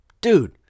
dude